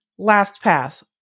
LastPass